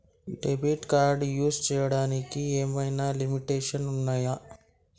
Debit card use చేయడానికి ఏమైనా limitations ఉన్నాయా?